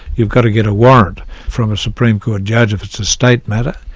you've got to get a warrant from a supreme court judge if it's a state matter,